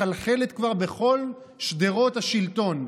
מחלחלת כבר בכל שדרות השלטון.